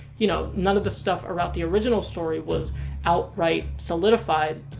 you know, none of the stuff about the original story was outright solidified,